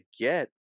get